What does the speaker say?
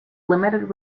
limited